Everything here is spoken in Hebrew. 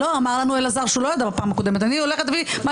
אמר לנו אלעזר בפעם הקודמת שהוא לא ידע.